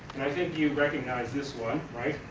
and i think you recognize this one right?